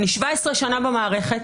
אני 17 שנים במערכת,